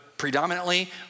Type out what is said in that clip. predominantly